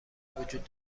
وجود